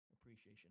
appreciation